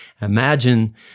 Imagine